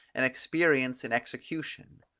and experience in execution.